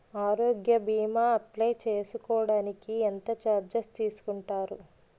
ఆరోగ్య భీమా అప్లయ్ చేసుకోడానికి ఎంత చార్జెస్ తీసుకుంటారు?